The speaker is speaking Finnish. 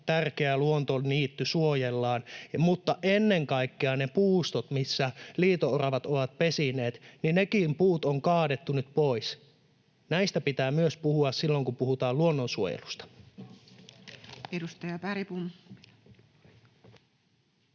tärkeä luontoniitty suojellaan. Mutta ennen kaikkea nekin puustot ja puut, missä liito-oravat ovat pesineet, on kaadettu nyt pois. Myös näistä pitää puhua silloin, kun puhutaan luonnonsuojelusta. Edustaja Bergbom,